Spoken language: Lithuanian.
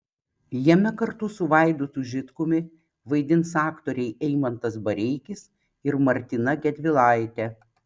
jame kartu su vaidotu žitkumi vaidins aktoriai eimantas bareikis ir martyna gedvilaitė